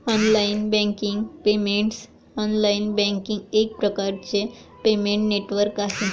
online banking payments online banking एक प्रकारचे payment network आहे